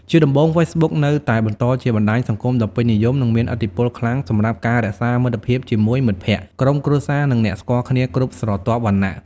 ជាដំបូង ហ្វេសប៊ុក នៅតែបន្តជាបណ្ដាញសង្គមដ៏ពេញនិយម និងមានឥទ្ធិពលខ្លាំងសម្រាប់ការរក្សាមិត្តភាពជាមួយមិត្តភក្តិ ក្រុមគ្រួសារ និងអ្នកស្គាល់គ្នាគ្រប់ស្រទាប់វណ្ណៈ។